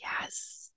Yes